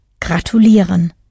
gratulieren